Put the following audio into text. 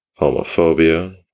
homophobia